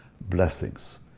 blessings